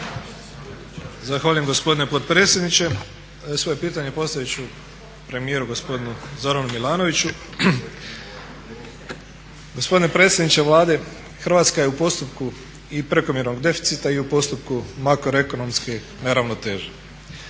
Zahvaljujem gospodine potpredsjedniče. Svoje pitanje postavit ću premijeru gospodinu Zoranu Milanoviću. Gospodine predsjedniče Vlade Hrvatska je u postupku i prekomjernog deficita i u postupku makroekonomske neravnoteže,